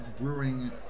brewing